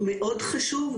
מאוד חשוב,